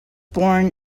born